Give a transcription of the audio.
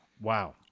wow